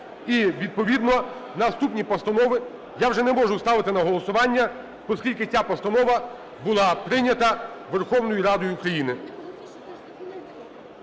І відповідно наступні постанови я вже не можу ставити на голосування, оскільки ця постанова була прийнята Верховною Радою України.